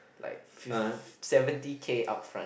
like fif~ seventy K up front